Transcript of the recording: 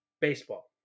baseball